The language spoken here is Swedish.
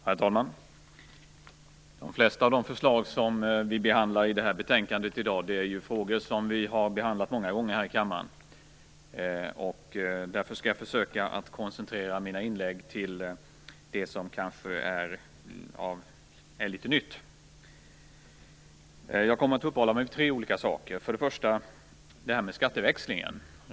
Herr talman! De flesta av de förslag som vi behandlar i det här betänkandet i dag är frågor som vi har behandlat många gånger här i kammaren. Därför skall jag försöka att koncentrera mina inlägg till det som kanske är litet nytt. Jag kommer att uppehålla mig vid tre olika saker. För det första detta med skatteväxlingen.